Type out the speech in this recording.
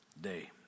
day